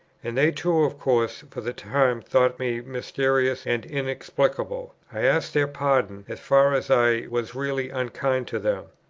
and they too of course for the time thought me mysterious and inexplicable. i ask their pardon as far as i was really unkind to them.